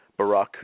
Barack